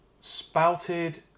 spouted